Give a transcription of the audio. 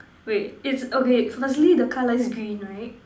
wait it's okay firstly the colour is green right